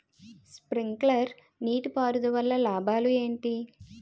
Sprinkler నీటిపారుదల వల్ల లాభాలు ఏంటి?